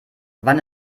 wann